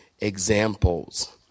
examples